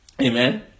Amen